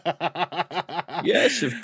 yes